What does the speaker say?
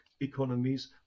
economies